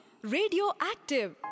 Radioactive